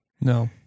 No